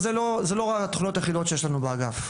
אלה לא התכניות היחידות שיש לנו באגף.